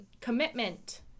commitment